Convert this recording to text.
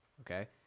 Okay